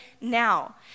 now